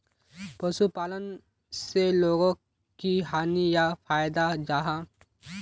पशुपालन से लोगोक की हानि या फायदा जाहा?